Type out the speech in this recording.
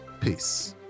peace